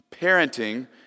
Parenting